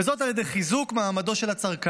וזאת על ידי חיזוק מעמדו של הצרכן.